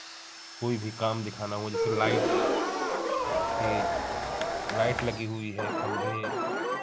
कोई भी काम दिखाना हो जैसे लाइट पर लाइट लगी हुई है खम्भे